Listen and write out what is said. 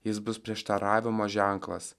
jis bus prieštaravimo ženklas